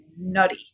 nutty